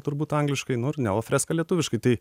turbūt angliškai nu ir neofreska lietuviškai tai